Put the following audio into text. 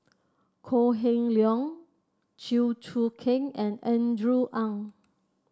Kok Heng Leun Chew Choo Keng and Andrew Ang